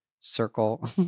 circle